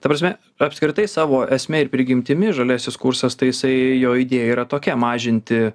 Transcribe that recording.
ta prasme apskritai savo esme ir prigimtimi žaliasis kursas tai jisai jo idėja yra tokia mažinti